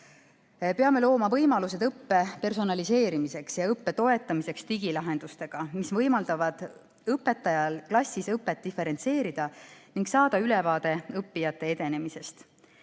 Peame looma võimalused õppe personaliseerimiseks ja õppe toetamiseks digilahendustega, mis võimaldavad õpetajal klassis õpet diferentseerida ning saada ülevaade õppijate edenemisest.